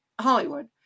Hollywood